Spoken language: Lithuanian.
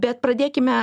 bet pradėkime